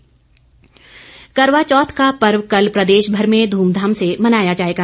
करवा चौथ करवा चौथ का पर्व कल प्रदेशभर में ध्मधाम से मनाया जाएगा